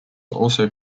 also